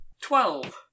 Twelve